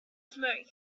smoke